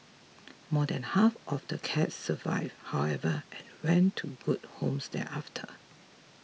more than half of the cats survived however and went to good homes thereafter